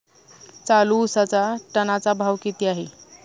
चालू उसाचा टनाचा भाव किती आहे?